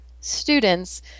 students